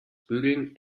bügeln